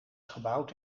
gebouwd